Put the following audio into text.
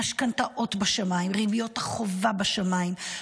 המשכנתאות בשמיים, ריביות החובה בשמיים.